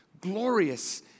glorious